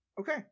Okay